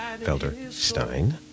Felderstein